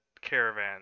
caravan